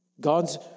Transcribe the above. God's